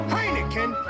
Heineken